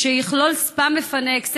שיכלול ספא מפנק,